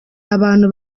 abantu